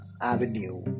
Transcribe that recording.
avenue